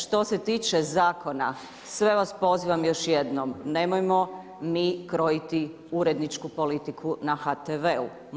Što se tiče zakona, sve vas pozivam još jednom, nemojmo mi krojiti uredničku politiku na HTV-u.